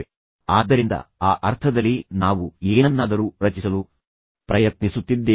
ಆದ್ದರಿಂದ ಆ ಅರ್ಥದಲ್ಲಿ ನಾವು ಏನನ್ನಾದರೂ ರಚಿಸಲು ಪ್ರಯತ್ನಿಸುತ್ತಿದ್ದೇವೆ